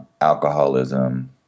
alcoholism